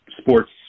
sports